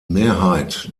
mehrheit